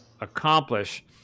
accomplish